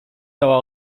cała